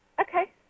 okay